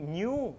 new